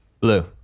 Blue